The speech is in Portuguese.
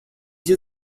dia